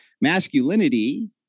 Masculinity